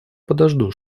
подожду